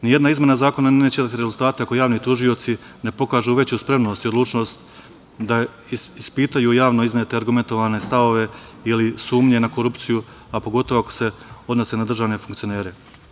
Nijedna izmena zakona neće dati rezultate ako javni tužioci ne pokažu veću spremnost i odlučnost da ispitaju javno iznete argumentovane stavove ili sumnje na korupciju, a pogotovo ako se odnosi na državne funkcionere.